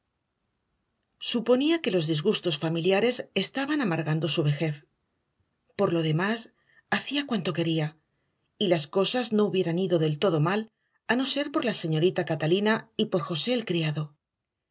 suponía que los disgustos familiares estaban amargando su vejez por lo demás hacía cuanto quería y las cosas no hubieran ido del todo mal a no ser por la señorita catalina y por josé el criado